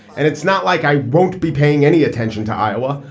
and it's not like i won't be paying any attention to iowa.